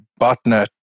botnet